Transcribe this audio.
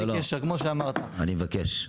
הוא לא מבין.